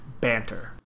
BANTER